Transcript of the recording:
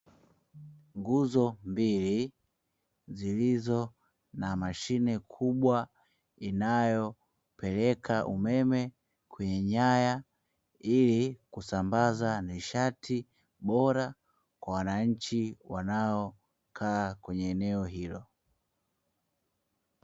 Nguzo mbili zilizo na mashine kubwa inayopeleka umeme kwenye nyaya, ili kusambaza nishati bora kwa wananchi wanaokaa kwenye eneo hilo.